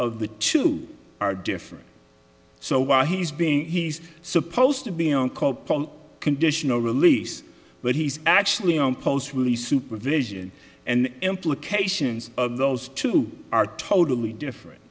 of the two are different so while he's being he's supposed to be on call conditional release but he's actually on post really supervision and implications of those two are totally different